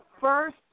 first